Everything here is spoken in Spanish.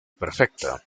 perfecta